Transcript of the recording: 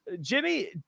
Jimmy